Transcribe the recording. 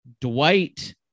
Dwight